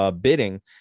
bidding